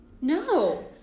No